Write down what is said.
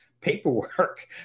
paperwork